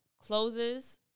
closes –